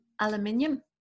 aluminium